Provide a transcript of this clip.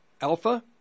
Alpha